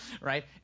right